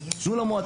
תנו למועצה.